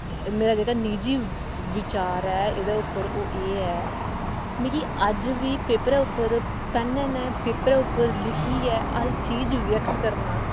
मेरा जेह्का निजी विचार ऐ एह्दे उप्पर ओह् एह् ऐ मिगी अज्ज बी पेपर उप्पर पैनै ने उप्पर लिखियै हर चीज व्यक्त करना